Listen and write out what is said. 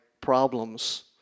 problems